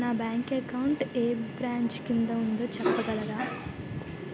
నా bank account ఏ branch కిందా ఉందో చెప్పగలరా?